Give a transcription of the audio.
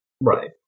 Right